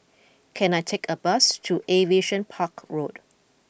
can I take a bus to Aviation Park Road